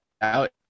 out